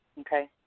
okay